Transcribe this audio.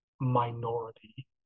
minority